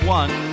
one